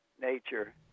nature